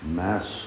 mass